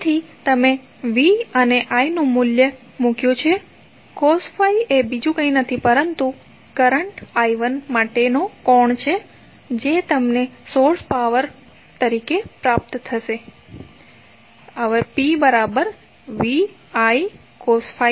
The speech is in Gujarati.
તેથી તમે V અને I નુ મૂલ્ય મૂક્યું છે cos φ એ બીજુ કંઈ નથી પરંતુ કરંટ I1 માટેનો કોણ છે જે તમને સોર્સ પાવર તરીકે પ્રાપ્ત થશે P VI cos φ 10